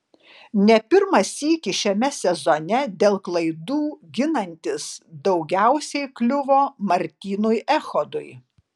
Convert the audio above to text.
ne pirmą sykį šiame sezone dėl klaidų ginantis daugiausiai kliuvo martynui echodui